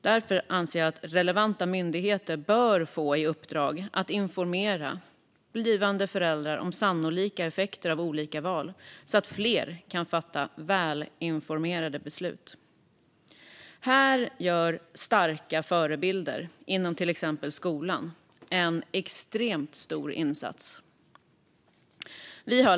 Därför anser jag att relevanta myndigheter bör få i uppdrag att informera blivande föräldrar om sannolika effekter av olika val, så att fler kan fatta välinformerade beslut. Här gör starka förebilder inom till exempel skolan en extremt stor insats.